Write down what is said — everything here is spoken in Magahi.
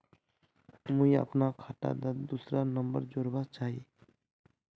मुई अपना खाता डात दूसरा फोन नंबर जोड़वा चाहची?